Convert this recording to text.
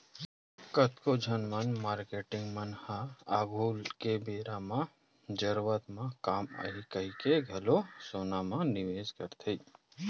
कतको झन मारकेटिंग मन ह आघु के बेरा म जरूरत म काम आही कहिके घलो सोना म निवेस करथे